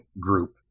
group